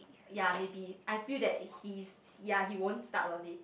yea maybe I feel that he's yea he won't start on it